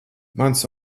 mans